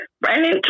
Brandon